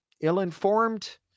ill-informed